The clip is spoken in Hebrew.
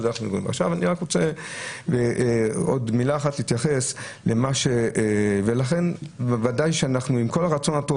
אני רק רוצה עוד מילה אחת להתייחס בוודאי שעם כל הרצון הטוב